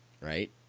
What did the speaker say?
right